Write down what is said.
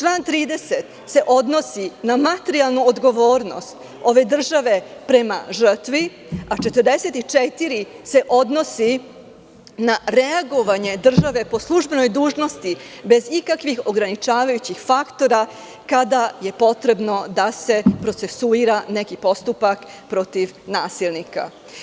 Član 30. se odnosi na materijalnu odgovornost ove države prema žrtvi, a 44. se odnosi na reagovanje države po službenoj dužnosti bez ikakvih ograničavajućih faktora kada je potrebno da se procesuira neki postupak protiv nasilnika.